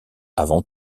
avant